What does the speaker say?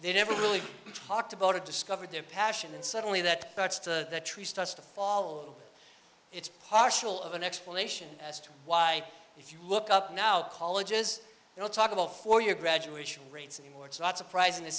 they never really talked about it discovered their passion and suddenly that the tree starts to fall it's partial of an explanation as to why if you look up now colleges you know talk about for your graduation rates anymore it's not surprising t